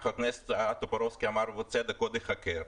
שחבר הכנסת טופורובסקי אמר, ובצדק, שעוד ייחקר.